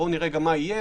בואו נראה מה יהיה.